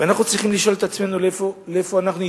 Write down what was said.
ואנחנו צריכים לשאול את עצמנו לאיפה הידרדרנו,